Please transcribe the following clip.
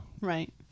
Right